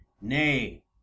nay